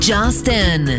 Justin